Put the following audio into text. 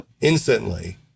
Instantly